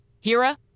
Hira